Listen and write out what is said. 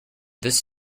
this